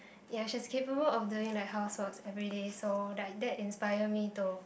ya she's capable of doing like houseworks everyday so like that inspire me to